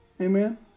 Amen